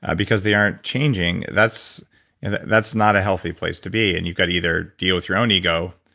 ah because they aren't changing, that's that's not a healthy place to be. and you've go to either deal with your own ego,